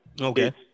Okay